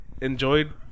enjoyed